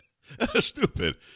Stupid